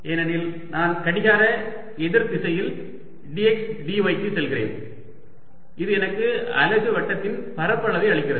ஏனெனில் நான் கடிகார எதிர் திசையில் dx dy க்கு செல்கிறேன் இது எனக்கு அலகு வட்டத்தின் பரப்பளவை அளிக்கிறது